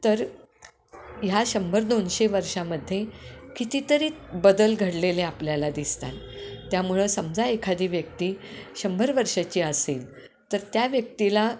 तर ह्या शंभर दोनशे वर्षांमध्ये कितीतरी बदल घडलेले आपल्याला दिसतात त्यामुळं समजा एखादी व्यक्ती शंभर वर्षांची असेल तर त्या व्यक्तीला